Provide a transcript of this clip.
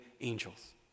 angels